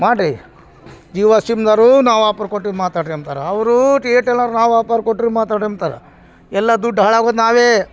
ಮಾಡಿ ಜಿವಾ ಸಿಮ್ನೋರು ನಾವು ಆಪರ್ ಕೊಟ್ಟಿವಿ ಮಾತಾಡ್ರಿ ಅಂಬ್ತಾರೆ ಅವರೂ ಏರ್ಟೆಲ್ನವ್ರು ನಾವು ಆಪರ್ ಕೊಟ್ರೆ ಮಾತಾಡಿ ಅಂಬ್ತಾರೆ ಎಲ್ಲಾ ದುಡ್ಡು ಹಾಳಾಗೋದು ನಾವೇ